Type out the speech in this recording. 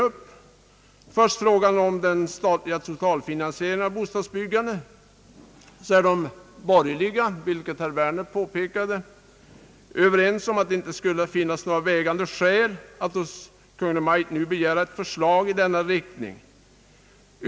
Vad först beträffar frågan om den statliga totalfinansieringen av bostadsbyggandet är de borgerliga — vilket herr Werner påpekade — överens om att det inte skulle finnas något vägande skäl att hos Kungl. Maj:t nu begära ett förslag i denna riktning.